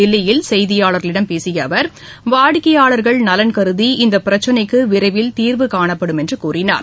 தில்லியில் செய்தியாளர்களிடம் பேசிய அவர் வாடிக்கையாளர்கள் நலன் கருதி இந்த பிரச்சினைக்கு விரைவில் தீர்வுகாணப்படும் என்று கூறினார்